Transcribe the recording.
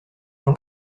jean